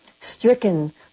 stricken